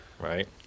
right